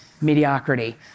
mediocrity